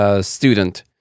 student